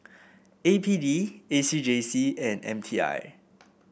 A P D A C J C and M T I